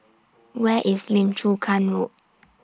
Where IS Lim Chu Kang Road